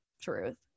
truth